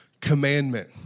commandment